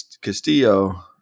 Castillo